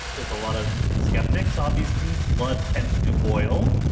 there's a lot of sceptics obviously, blood tends to boil.